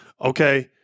okay